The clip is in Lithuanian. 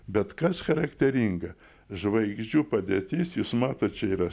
bet kas charakteringa žvaigždžių padėtis jūs matot čia yra